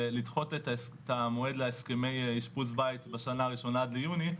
לדחות את המועד להסכמי אשפוז בית בשנה הראשונה עד ליוני,